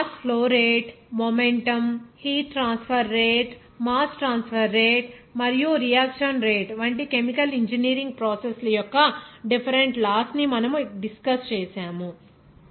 కాబట్టి mass flow rate momentum heat transfer rate mass transfer rate మరియు reaction rate వంటి chemical engineering process ల యొక్క డిఫెరెంట్ లాస్ ను మనము డిస్కస్ చేసాము